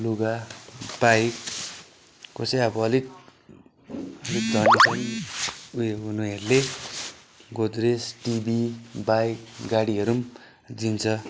लुगा बाइक कसै अब अलिक धनी छ भने उयो हुनेहरूले गोद्रेज टिभी बाइक गाडीहरू पनि दिन्छ